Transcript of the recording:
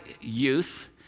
youth